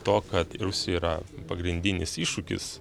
to kad rusija yra pagrindinis iššūkis